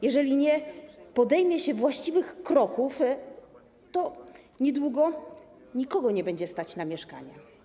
Jeżeli nie podejmie się właściwych kroków, to niedługo nikogo nie będzie stać na mieszkanie.